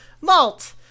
malt